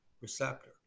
receptor